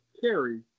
carry